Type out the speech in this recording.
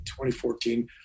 2014